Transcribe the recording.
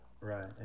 Right